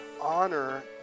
honor